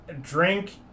drink